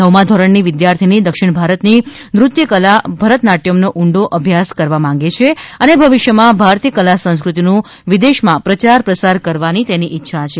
નવમા ધોરણની વિદ્યાર્થીની દક્ષિણ ભારતની નૃત્ય કલા ભરતનાટયમનો ઉંડો અભ્યાસ કરવા માંગે છે અને ભવિષ્યમાં ભારતીય કલા સંસ્કૃતિનું વિદેશમાં પ્રયાર પ્રસાર કરવાની તેની ઇચ્છા છે